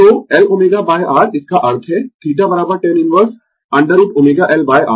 तो L ω R इसका अर्थ है θ tan इनवर्स √ωL R